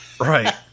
Right